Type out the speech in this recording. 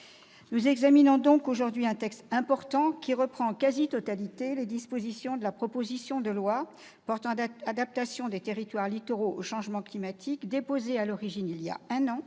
nous examinons aujourd'hui un texte important, qui reprend en quasi-totalité les dispositions de la proposition de loi portant adaptation des territoires littoraux au changement climatique, déposée à l'origine, voilà un an,